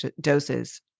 doses